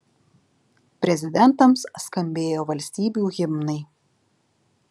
prezidentams skambėjo valstybių himnai